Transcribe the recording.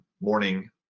morning